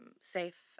safe